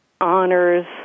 honors